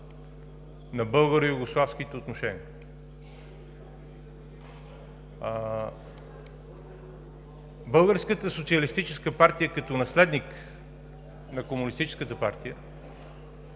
На българо-югославските отношения! Българската социалистическа партия, като наследник на Комунистическата партия,